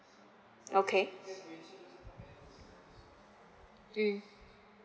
okay mm